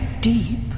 deep